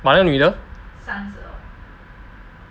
那个女的